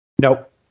Nope